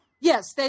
Yes